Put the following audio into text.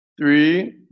three